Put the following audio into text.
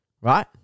Right